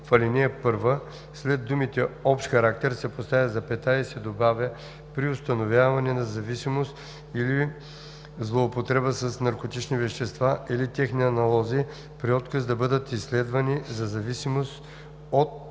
В ал. 1 след думите „общ характер“ се поставя запетая и се добавя „при установяване на зависимост от или злоупотреба с наркотични вещества или техни аналози, при отказ да бъдат изследвани за зависимост от